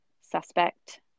suspect